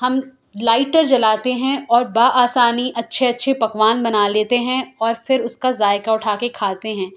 ہم لائٹر جلاتے ہیں اور بآسانی اچھے اچھے پکوان بنا لیتے ہیں اور پھر اس کا ذائقہ اٹھا کے کھاتے ہیں